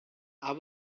hour